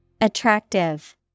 Attractive